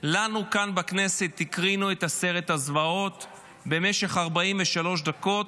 לנו כאן בכנסת הקרינו את סרט הזוועות במשך 43 דקות,